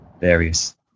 various